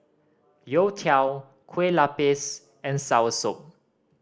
youtiao Kueh Lupis and soursop